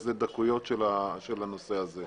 אלה דקויות של הנושא הזה.